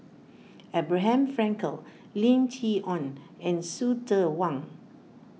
Abraham Frankel Lim Chee Onn and Hsu Tse Kwang